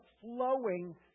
flowing